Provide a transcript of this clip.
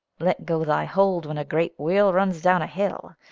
let go thy hold when a great wheel runs down a hill,